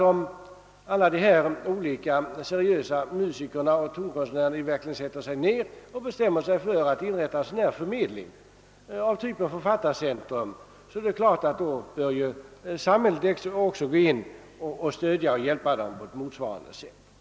Om alla seriösa musiker och tonkonstnärer verkligen bestämmer sig för att inrätta en förmedling av typen Författarcentrum, bör samhället naturligtvis stödja och hjälpa dem på motsvarande sätt.